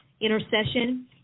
intercession